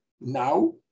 now